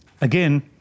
Again